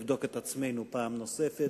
אבדוק את עצמנו פעם נוספת,